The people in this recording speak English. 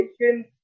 education